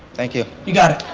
thank you. you got it.